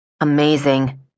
Amazing